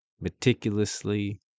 meticulously